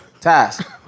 Task